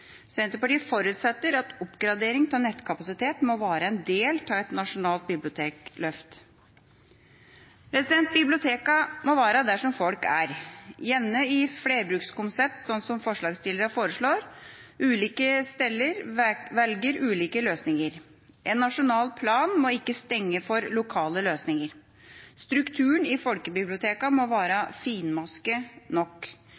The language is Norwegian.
Senterpartiet forutsetter at oppgradering av nettkapasitet må være en del av et nasjonalt bibliotekløft. Bibliotekene må være der folk er, gjerne i flerbrukskonsept, som forslagsstillerne foreslår. Ulike steder velger ulike løsninger. En nasjonal plan må ikke stenge for lokale løsninger. Strukturen i folkebibliotekene må være finmaskede nok.